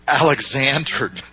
Alexander